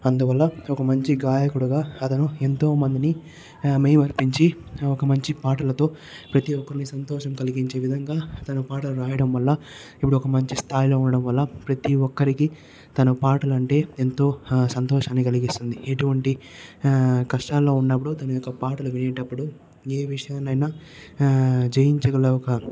అందువల్ల ఒక్క మంచి గాయకుడుగా అతను ఎంతోమందిని మైమరిపించి ఒక మంచి పాటలతో ప్రతి ఒక్కరిని సంతోషం కలిగించే విధంగా తన పాటలు రాయడం వల్ల ఇప్పుడు ఒక మంచి స్థాయిలో ఉండడం వల్ల ప్రతి ఒక్కరికి తన పాటలు అంటే ఎంతో హ సంతోషాన్ని కలిగిస్తుంది ఎటువంటి ఆ కష్టాల్లో ఉన్నప్పుడు తన యొక్క పాటలు వినేటప్పుడు ఏ విషయాన్ని అయినా జయించగల ఒక